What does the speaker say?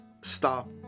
stop